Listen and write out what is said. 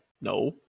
No